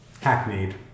Hackneyed